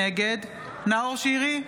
נגד נאור שירי,